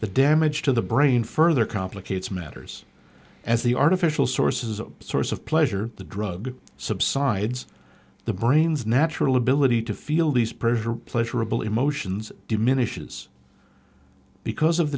the damage to the brain further complicates matters as the artificial source is a source of pleasure the drug subsides the brain's natural ability to feel these pressure pleasurable emotions diminishes because of